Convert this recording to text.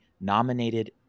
nominated